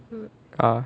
hmm ah